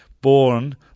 born